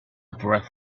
breath